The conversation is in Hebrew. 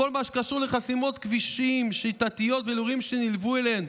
בכל מה שקשור לחסימות כבישים שיטתיות ולאירועים שנלוו אליהם,